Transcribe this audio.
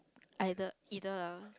either either lah